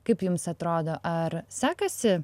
kaip jums atrodo ar sekasi